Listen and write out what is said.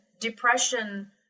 depression